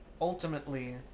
ultimately